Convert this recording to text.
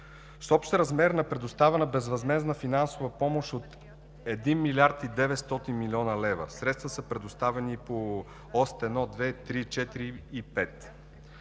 С общ размер на предоставена безвъзмездна финансова помощ от един милиард и 900 млн. лв. средства са предоставени по оси 1, 2, 3, 4 и 5.